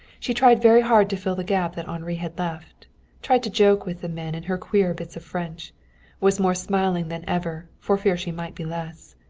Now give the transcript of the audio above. she tried very hard to fill the gap that henri had left tried to joke with the men in her queer bits of french was more smiling than ever, for fear she might be less.